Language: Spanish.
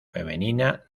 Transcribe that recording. femenina